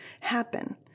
happen